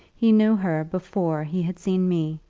he knew her before he had seen me.